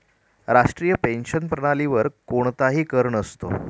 राष्ट्रीय पेन्शन प्रणालीवर कोणताही कर नसतो